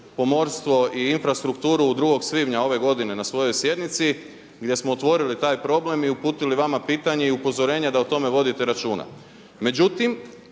pomorstvo i infrastrukturu 2. svibnja ove godine na svojoj sjednici gdje smo otvorili taj problem i uputili vama pitanje i upozorenja da o tome vodite računa.